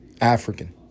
African